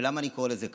ולמה אני קורא לזה כך?